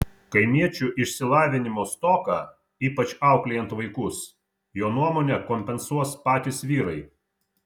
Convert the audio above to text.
kaimiečių išsilavinimo stoką ypač auklėjant vaikus jo nuomone kompensuos patys vyrai